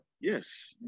Yes